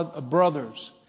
brothers